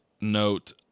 note